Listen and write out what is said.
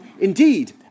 Indeed